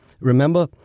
remember